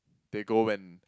they go when